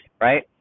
right